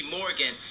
Morgan